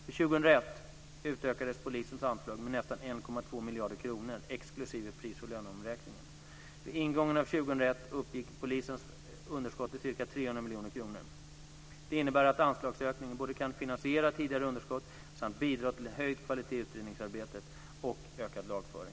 För 2001 utökades polisens anslag med nästan 1,2 miljarder kronor exklusive pris och löneomräkningen. Vid ingången av 2001 uppgick polisens underskott till ca 300 miljoner kronor. Det innebär att anslagsökningarna både kan finansiera tidigare underskott och bidra till höjd kvalitet i utredningsarbetet samt ökad lagföring.